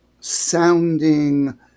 sounding